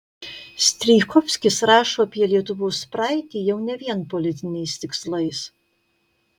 strijkovskis rašo apie lietuvos praeitį jau ne vien politiniais tikslais